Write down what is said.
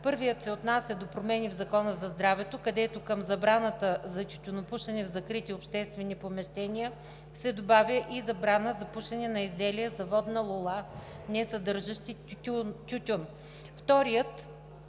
Първият се отнася до промени в Закона за здравето, където към забраната за тютюнопушене в закрити обществени помещения се добавя и забрана за пушене на изделия за водна лула, несъдържаща тютюн.